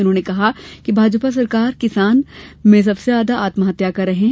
उन्होने कहा कि भाजपा सरकार किसान सबसे ज्यादा आत्महत्या कर रहे है